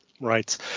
Right